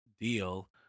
deal